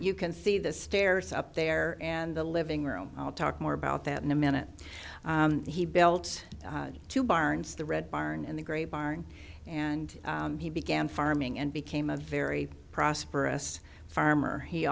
you can see the stairs up there and the living room i'll talk more about that in a minute he built two barns the red barn and the grey barn and he began farming and became a very prosperous farmer he